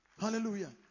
Hallelujah